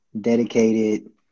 dedicated